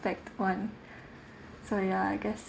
~ect [one] sorry ah I guess